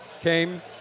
came